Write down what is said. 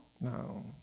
No